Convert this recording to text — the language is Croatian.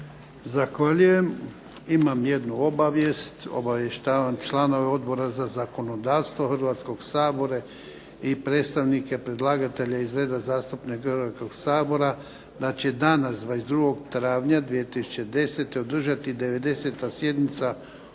Zahvaljujem. Imam jednu obavijest. Obavještavam članove Odbora za zakonodavstvo Hrvatskog sabora i predstavnike predlagatelja iz reda zastupnika Hrvatskog sabora da će danas 22. travnja 2010. održati 90. sjednica Odbora